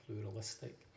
pluralistic